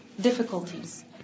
difficulties